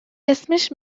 اسمش